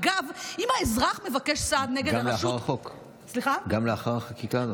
אגב, אם האזרח מבקש סעד, גם לאחר החקיקה הזאת?